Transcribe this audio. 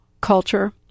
culture